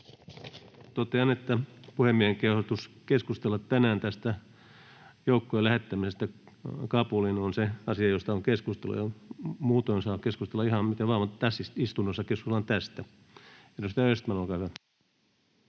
Totean puhemiehen kehotuksesta keskustella tänään tästä joukkojen lähettämisestä Kabuliin, että se on se asia, josta on keskustelu. Muutoin saa keskustella ihan mistä vain, mutta tässä istunnossa keskustellaan tästä. — Edustaja Östman, olkaa hyvä.